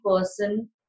person